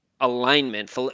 alignment